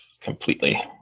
completely